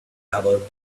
hour